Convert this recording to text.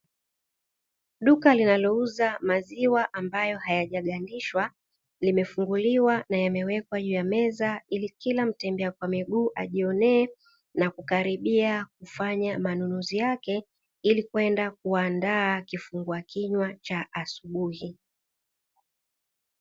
Duka linalouza maziwa hasa ambayo yamegandishwa limefunguliwa na kuwekwa juu ya meza, ili kila mtembeee wa miguu ajionee na kukaribia kufanya manunuzi yake ili kwenda kuyaandaa kifungua kinywa cha asubuhi.